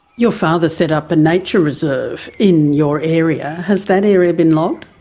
your father set up a nature reserve in your area. has that area been logged?